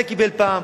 זה קיבל פעם,